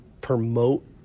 promote